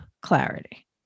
clarity